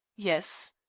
yes.